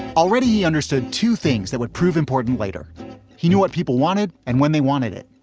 already, he understood two things that would prove important later he knew what people wanted and when they wanted it,